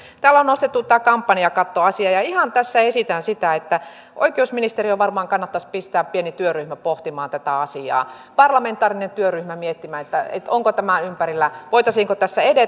täällä on nostettu esiin tämä kampanjakattoasia ja ihan tässä esitän sitä että oikeusministeriön varmaan kannattaisi pistää pieni työryhmä pohtimaan tätä asiaa parlamentaarinen työryhmä miettimään voitaisiinko tässä edetä